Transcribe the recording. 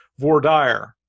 Vordire